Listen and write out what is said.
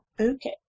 Okay